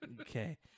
Okay